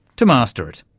to master it.